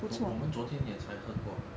我们昨天也才喝过吗